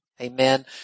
Amen